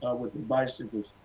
with the bicycles.